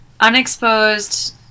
unexposed